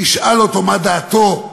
תשאל אותו מה דעתו,